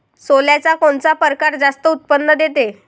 सोल्याचा कोनता परकार जास्त उत्पन्न देते?